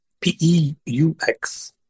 P-E-U-X